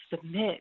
submit